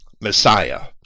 Messiah